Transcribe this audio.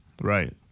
Right